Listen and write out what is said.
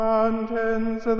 Mountains